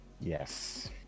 Yes